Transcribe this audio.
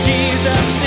Jesus